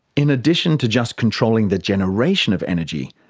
in addition to just controlling the generation of energy,